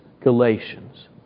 Galatians